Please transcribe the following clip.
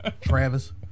Travis